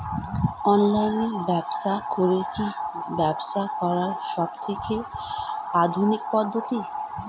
Online ব্যবসা করে কি ব্যবসা করার সবথেকে আধুনিক পদ্ধতি?